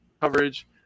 coverage